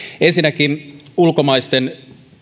ensinnäkin ulkomaisten